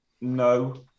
no